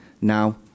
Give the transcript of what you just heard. now